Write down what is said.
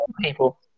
people